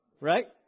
Right